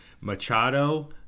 machado